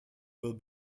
will